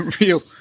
real